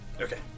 Okay